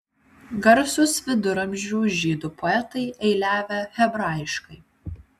garsūs viduramžių žydų poetai eiliavę hebrajiškai